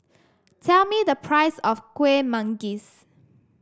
tell me the price of Kueh Manggis